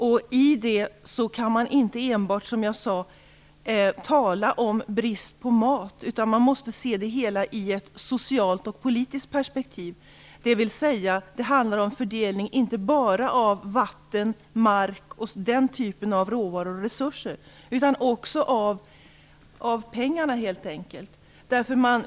Man kan, som jag sade, inte enbart tala om brist på mat, utan man måste se det hela i ett socialt och politiskt perspektiv. Det handlar alltså inte bara om fördelningen av vatten, mark och den typen av råvaror och resurser utan också helt enkelt om fördelningen av pengarna.